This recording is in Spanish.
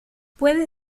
puedes